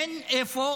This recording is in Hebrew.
אין לאיפה